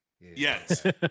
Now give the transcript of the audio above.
Yes